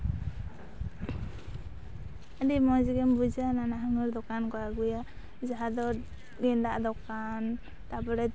ᱟᱹᱰᱤ ᱢᱚᱡᱽ ᱜᱮᱢ ᱵᱩᱡᱟ ᱱᱟᱱᱟᱦᱩᱱᱟᱹᱨ ᱫᱚᱠᱟᱱ ᱠᱚ ᱟᱹᱜᱩᱭᱟ ᱡᱟᱦᱟᱸᱫᱚ ᱜᱮᱸᱫᱟᱜ ᱫᱚᱠᱟᱱ ᱛᱟᱯᱚᱨᱮ